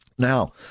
Now